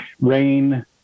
rain